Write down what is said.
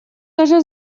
даже